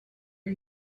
are